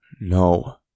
no